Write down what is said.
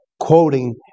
quoting